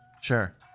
Sure